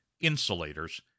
insulators